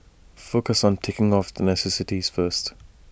focus on ticking off the necessities first